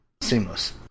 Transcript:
seamless